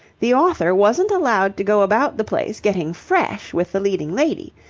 the author wasn't allowed to go about the place getting fresh with the leading lady.